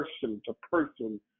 person-to-person